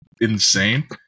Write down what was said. insane